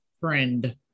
friend